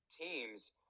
teams